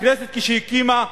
הכנסת, כשהקימה,